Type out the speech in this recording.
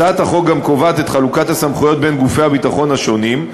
הצעת החוק גם קובעת את חלוקת הסמכויות בין גופי הביטחון השונים.